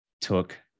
took